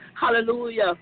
Hallelujah